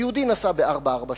היהודי נסע ב-443,